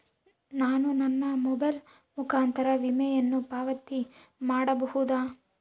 ನಾನು ನನ್ನ ಮೊಬೈಲ್ ಮುಖಾಂತರ ವಿಮೆಯನ್ನು ಪಾವತಿ ಮಾಡಬಹುದಾ?